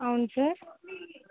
అవును సార్